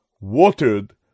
watered